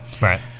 right